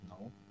no